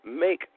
make